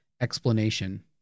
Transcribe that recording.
explanation